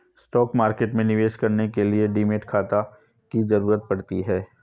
stock market में निवेश करने के लिए डीमैट खाता की जरुरत पड़ती है